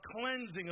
cleansing